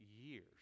years